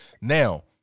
now